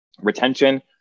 Retention